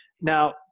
Now